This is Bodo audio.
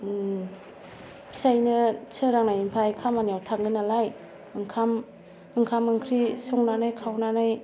फिसाइनो सोरांनायनिफ्राय खामानियाव थाङो नालाय ओंखाम ओंखाम ओंख्रि संनानै खावनानै